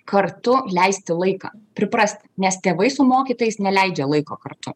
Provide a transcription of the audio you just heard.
kartu leisti laiką priprasti nes tėvai su mokytojais neleidžia laiko kartu